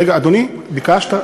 רגע, אדוני, ביקשת.